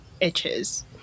itches